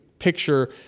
picture